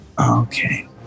okay